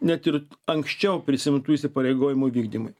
net ir anksčiau prisiimtų įsipareigojimų vykdymui